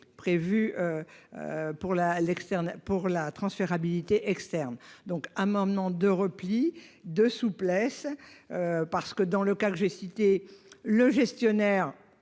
l'externe pour la transférabilité externe donc amendement de repli de souplesse. Parce que dans le cas que j'ai cité le gestionnaire